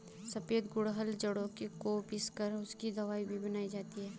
सफेद गुड़हल की जड़ों को पीस कर उसकी दवाई भी बनाई जाती है